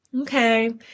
okay